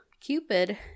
Cupid